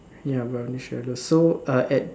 ya brownish yellow so uh at